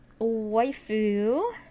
waifu